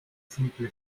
simple